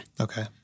Okay